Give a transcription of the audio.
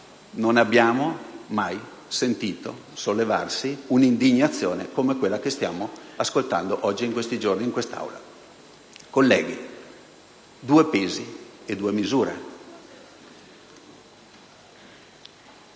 non abbiamo mai sentito sollevarsi un'indignazione come quella che stiamo ascoltando in questi giorni e oggi in quest'Aula. Colleghi, due pesi e due misure.